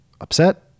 upset